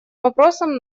вопросом